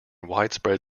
widespread